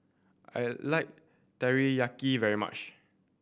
I like Teriyaki very much